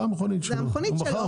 זו גם מכונית שלו, הוא מכר אותה.